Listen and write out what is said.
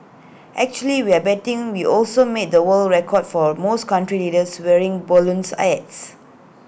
actually we're betting we also made the world record for most country leaders wearing balloons hats